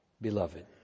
beloved